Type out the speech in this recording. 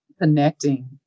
connecting